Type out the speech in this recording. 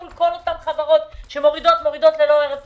מול כל החברות שמורידות ללא הרף את